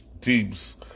teams